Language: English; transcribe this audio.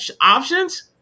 options